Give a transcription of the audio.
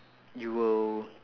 you will